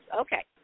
Okay